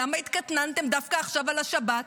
למה התקטננתם דווקא עכשיו על השבת?